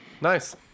Nice